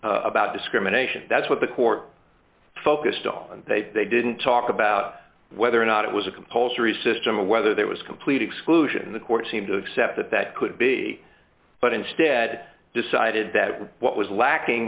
established about discrimination that's what the court focused on and they they didn't talk about whether or not it was a compulsory system or whether there was complete exclusion the court seemed to accept that that could be but instead decided that what was lacking